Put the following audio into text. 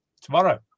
Tomorrow